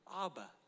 Abba